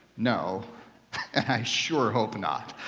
no. and i sure hope not.